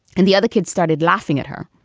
and the other kids started laughing at her.